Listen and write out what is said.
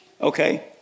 Okay